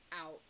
out